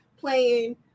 playing